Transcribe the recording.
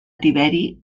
tiberi